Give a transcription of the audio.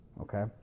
okay